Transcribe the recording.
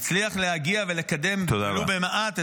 נצליח להגיע ולקדם ולו במעט -- תודה רבה.